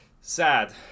Sad